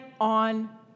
on